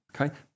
Okay